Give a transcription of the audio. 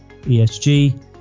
ESG